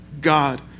God